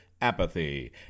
apathy